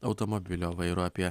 automobilio vairo apie